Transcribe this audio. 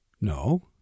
No